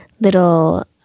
little